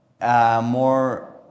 more